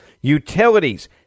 Utilities